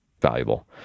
valuable